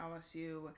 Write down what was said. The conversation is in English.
LSU